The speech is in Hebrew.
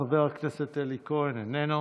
חבר הכנסת אלי כהן, איננו,